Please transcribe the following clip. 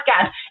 podcast